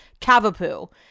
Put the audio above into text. cavapoo